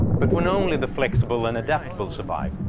but, when only the flexible and adaptable survive,